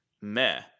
Meh